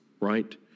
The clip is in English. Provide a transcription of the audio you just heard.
right